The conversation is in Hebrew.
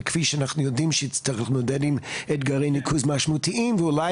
כפי שאנחנו יודעים שצריך להתמודד עם אתגרי ניקוז משמעותיים ואולי